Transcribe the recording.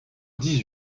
dix